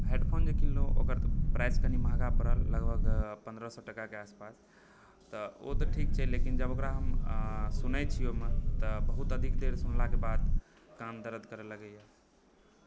headphone जे किनलहुँ ओकर तऽ प्राइस कनि महग पड़ल लगभग पन्द्रह सए टकाके आसपास तऽ ओ तऽ ठीक छै लेकिन जब ओकरा हम सुनय छी ओहिमे तऽ बहुत अधिक देर सुनलाकेँ बाद कान दरद करय लगयए